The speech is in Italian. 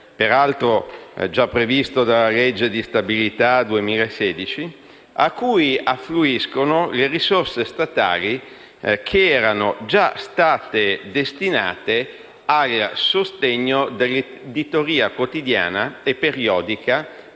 peraltro già previsto dalla legge di stabilità 2016 - cui affluiscono le risorse statali che erano già state destinate al sostegno dell'editoria quotidiana e periodica,